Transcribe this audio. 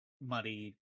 muddy